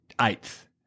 eighth